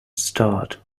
start